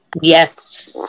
Yes